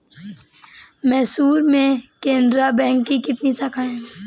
मैसूर में केनरा बैंक की कितनी शाखाएँ है?